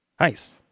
Nice